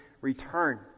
return